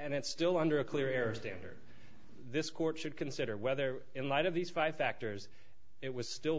and it's still under a clear air standard this court should consider whether in light of these five factors it was still